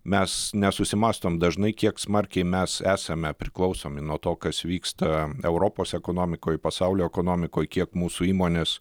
mes nesusimąstom dažnai kiek smarkiai mes esame priklausomi nuo to kas vyksta europos ekonomikoj pasaulio ekonomikoj kiek mūsų įmonės